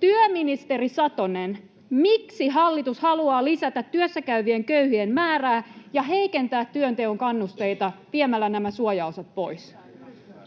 Työministeri Satonen, miksi hallitus haluaa lisätä työssäkäyvien köyhien määrää ja heikentää työnteon kannusteita viemällä nämä suojaosat pois?